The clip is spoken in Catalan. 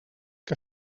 que